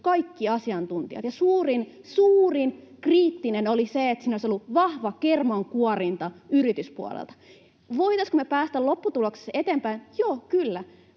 kaikki asiantuntijat, ja suurin, suurin kritiikki oli se, että siinä olisi ollut vahva kermankuorinta yrityspuolelta. Voitaisiinko me päästä lopputuloksessa eteenpäin? Joo, kyllä,